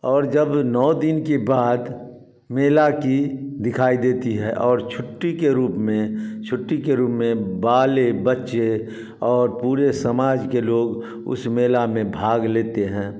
और जब वो नौ दिन के बाद मेला की दिखाई देती है और और छुट्टी के रूप में छुट्टी के रूप में बाले बच्चे और पूरे समाज के लोग उस मेला में भाग लेते हैं